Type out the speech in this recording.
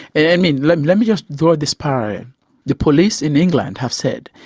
and and mean, let me let me just draw this parallel the police in england have said,